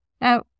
Now